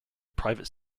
private